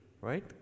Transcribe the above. right